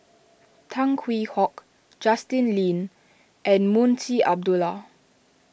Tan Hwee Hock Justin Lean and Munshi Abdullah